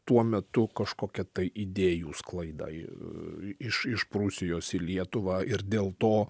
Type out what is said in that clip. tuo metu kažkokią tai idėjų sklaidą i iš iš prūsijos į lietuvą ir dėl to